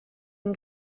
une